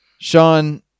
Sean